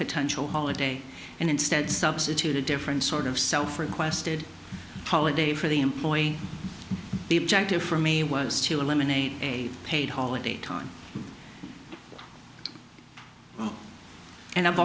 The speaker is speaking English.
potential holiday and instead substitute a different sort of self requested holiday for the employee the objective for me was to eliminate a paid holiday time and